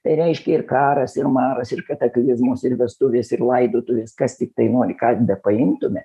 tai reiškia ir karas ir maras ir kataklizmos ir vestuvės ir laidotuvės kas tiktai nori ką bepaimtume